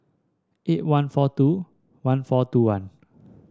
eight one four two one four two one